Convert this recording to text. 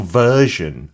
version